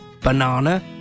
banana